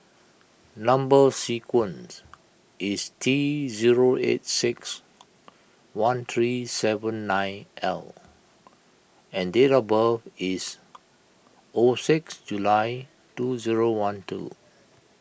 Number Sequence is T zero eight six one three seven nine L and date of birth is O six July two zero one two